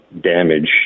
damage